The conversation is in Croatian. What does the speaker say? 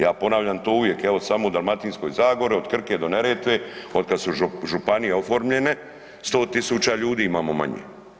Ja ponavljam to uvijek evo, samo u Dalmatinskoj zagori, od Krke do Neretve, od kad su županije oformljene, 100 tisuća ljudi imamo manje.